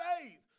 faith